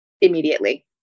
immediately